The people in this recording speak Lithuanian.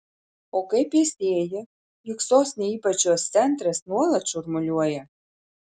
o kaip pėstieji juk sostinė ypač jos centras nuolat šurmuliuoja